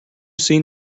seen